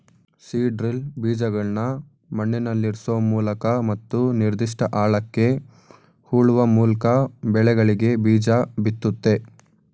seed drill ಬೀಜಗಳ್ನ ಮಣ್ಣಲ್ಲಿಇರ್ಸೋಮೂಲಕ ಮತ್ತು ನಿರ್ದಿಷ್ಟ ಆಳಕ್ಕೆ ಹೂಳುವಮೂಲ್ಕಬೆಳೆಗಳಿಗೆಬೀಜಬಿತ್ತುತ್ತೆ